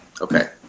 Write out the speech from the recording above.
Okay